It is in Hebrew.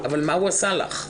אבל מה הוא עשה לך?